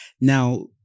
Now